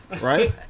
right